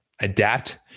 adapt